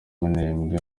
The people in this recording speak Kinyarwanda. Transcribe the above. minembwe